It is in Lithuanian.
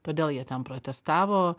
todėl jie ten protestavo